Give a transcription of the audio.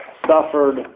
suffered